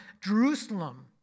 Jerusalem